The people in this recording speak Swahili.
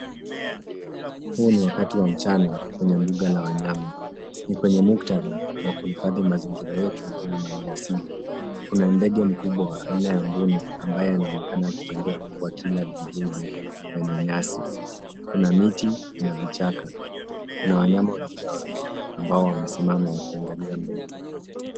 Huu ni wakati wa mchana , kwenye mbuga la wanyama . Ni kwenye muktadha wa kuhifadhi mazingira yetu na maliasili . Kuna ndege wa aina ya mbuni ambaye anaonekana akitembea huku akila midudu kwenye nyasi . Kuna miti na vichaka, kuna wanyama wengine wawilo ambao wamesimama wakiangalia mbele .